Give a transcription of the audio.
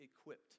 equipped